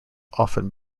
often